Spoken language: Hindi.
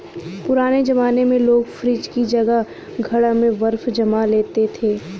पुराने जमाने में लोग फ्रिज की जगह घड़ा में बर्फ जमा लेते थे